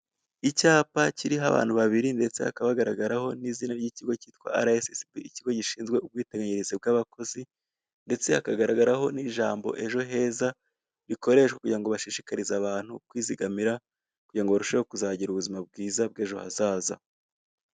Icyapa kiriho abantu babiri, ndetse hakaba hagaragaraho n'izina ry'ikigo kitwa ara esi esi bi, ikigo gishinzwe ubwiteganyirize bw'abakozi, ndetse hakagaragaraho n'ijambo ejo heza rikoreshwa kugira ngo bashishikarize abantu kwizigamira kugira ngo barusheho kuzagira ubuzima bwiza bw'ejo hazaza.